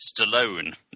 Stallone